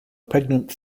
pregnant